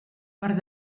per